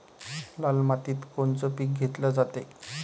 लाल मातीत कोनचं पीक घेतलं जाते?